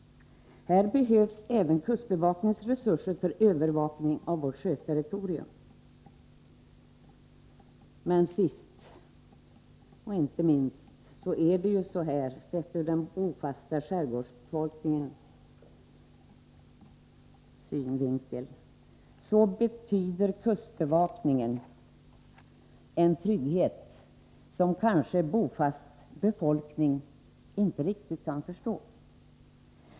Kustbevakningens resurser behövs även för övervakning av vårt sjöterritorium. Kustbevakningen är sist men inte minst viktig för den bofasta skärgårdsbefolkningen. För den betyder den en trygghet som befolkningen på fastlandet kanske inte riktigt kan förstå.